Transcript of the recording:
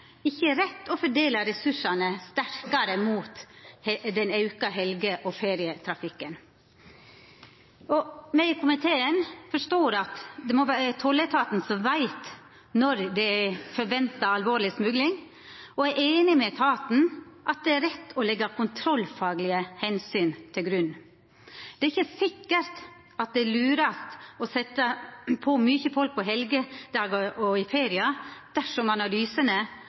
er det ikkje rett å fordela ressursane sterkare mot den auka helge- og ferietrafikken. Me i komiteen forstår at det er tolletaten som veit når det er forventa alvorleg smugling – og er einig med etaten i at det er rett å leggja kontrollfaglege omsyn til grunn. Det er ikkje sikkert at det er lurast å setja mykje folk inn på helgedagar og i feriar, dersom